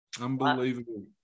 Unbelievable